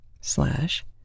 slash